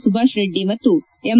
ಸುಭಾಷ್ ರೆಡ್ಡಿ ಮತ್ತು ಎಂ